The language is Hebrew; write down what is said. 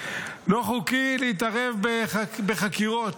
זה לא חוקי להתערב בחקירות.